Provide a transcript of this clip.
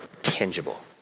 tangible